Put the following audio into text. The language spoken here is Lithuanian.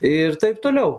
ir taip toliau